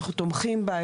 אנחנו תומכים בה.